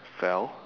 fell